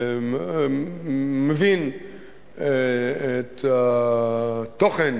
אני מבין את התוכן